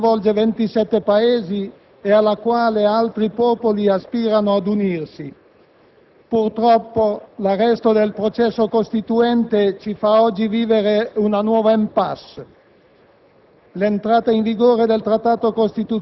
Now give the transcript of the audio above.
Oggi l'Europa è una realtà che coinvolge 27 Paesi e alla quale altri popoli aspirano ad unirsi. Purtroppo l'arresto del processo costituente ci fa oggi vivere una nuova *impasse*.